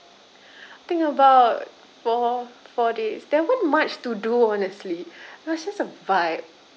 I think about four four days there weren't much to do honestly it was just a vibe